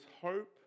hope